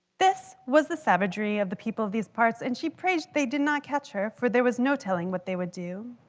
this was the savagery of the people of these parts. and she prayed they did not catch her, for there was no telling what they would do.